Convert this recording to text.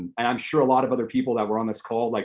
i'm sure a lot of other people that were on this call, like